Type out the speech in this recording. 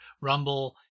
Rumble